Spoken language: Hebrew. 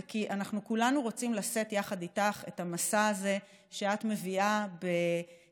זה כי אנחנו כולנו רוצים לשאת יחד איתך את המשא הזה שאת מביאה בצניעות,